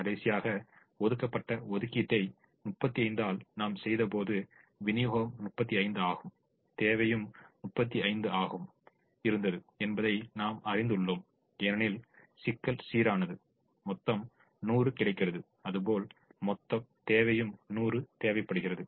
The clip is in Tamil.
கடைசியாக ஒதுக்கப்பட்ட ஒதுக்கீட்டை 35 ஆல் நாம் செய்தபோது விநியோகம் 35 ஆகவும் தேவை 35 ஆகவும் இருந்தது என்பதை நாம் அறிந்துள்ளோம் ஏனெனில் சிக்கல் சீரானது மொத்தம் 100 கிடைக்கிறது அதுபோல் மொத்தம் 100 தேவைப்படுகிறது